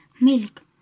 milk